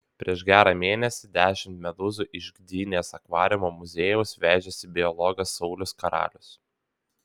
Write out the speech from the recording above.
prieš gerą mėnesį dešimt medūzų iš gdynės akvariumo muziejaus vežėsi biologas saulius karalius